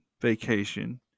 vacation